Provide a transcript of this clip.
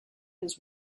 his